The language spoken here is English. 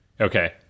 Okay